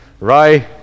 Right